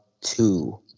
two